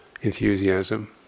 enthusiasm